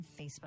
facebook